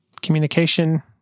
Communication